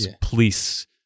police